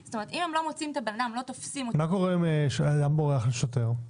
אם הם לא מוצאים את האדם- -- מה קורה אם אדם בורח לשוטר?